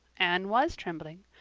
anne was trembling.